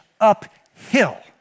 uphill